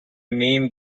name